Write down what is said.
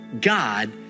God